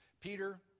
Peter